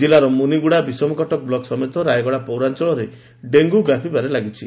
କିଲ୍ଲାର ମୁନିଗୁଡ଼ା ବିଷମକଟକ ବ୍ଲକ୍ ସମେତ ରାୟଗଡ଼ା ପୌରାଞ୍ଚଳରେ ଡେଙ୍ଗୁ ବ୍ୟାପିବାରେ ଲାଗିଛି